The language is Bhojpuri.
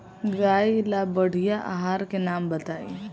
गाय ला बढ़िया आहार के नाम बताई?